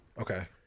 Okay